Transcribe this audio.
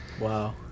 wow